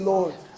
Lord